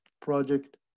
project